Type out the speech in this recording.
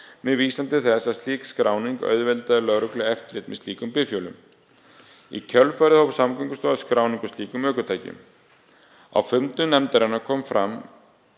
með vísan til þess að slík skráning auðveldaði lögreglu eftirlit með slíkum bifhjólum. Í kjölfarið hóf Samgöngustofa skráningu á slíkum ökutækjum. Á fundum nefndarinnar kom fram